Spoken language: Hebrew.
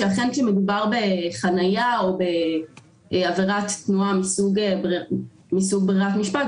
שכאשר מדובר בחנייה או בעבירת תנועה מסוג ברירת משפט,